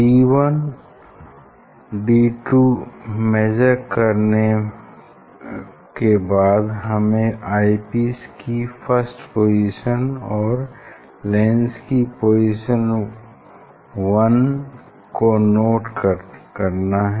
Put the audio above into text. D one D two measure कर हमें eyepiece की फर्स्ट पोजीशन और लेंस की पोजीशन वन को नोट करना है